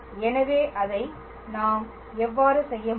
எனவே அதை நாம் எவ்வாறு செய்ய முடியும்